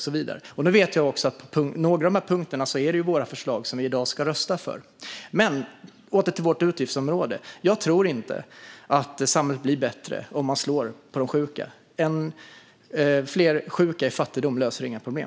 Jag vet att några av punkterna som vi i dag ska rösta om är våra förslag. Låt oss återgå till vårt utgiftsområde. Jag tror inte att samhället blir bättre om man slår på de sjuka. Än fler sjuka i fattigdom löser inga problem.